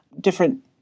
different